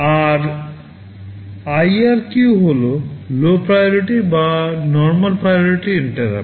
আর IRQ হল low priority বা normal priority interrupt